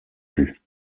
plus